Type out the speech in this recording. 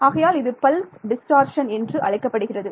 ஆகையால் இது pulse distortion என்று அழைக்கப்படுகிறது